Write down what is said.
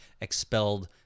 expelled